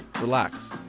relax